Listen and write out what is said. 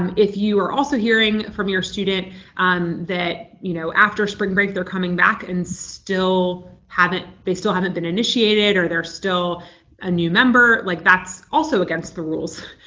um if you are also hearing from your student that you know after spring break they're coming back and still haven't they still haven't been initiated or they're still a new member, like that's also against the rules.